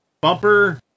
bumper